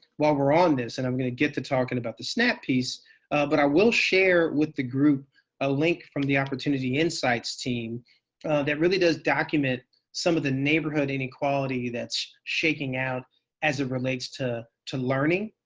while we're on this and i'm going to get to talking about the snap piece but i will share with the group a link from the opportunity insights team that really does document some of the neighborhood inequality that's shaking out as it relates to to learning.